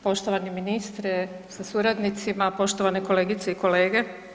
Poštovani ministre sa suradnicima, poštovane kolegice i kolege.